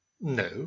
No